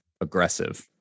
aggressive